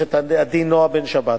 עו"ד נועה בן-שבת,